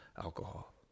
alcohol